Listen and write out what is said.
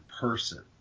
person